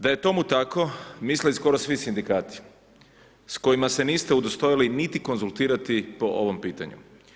Da je tomu tako, misle i skoro svi sindikati s kojima se niste udostojali niti konzultirati po ovom pitanju.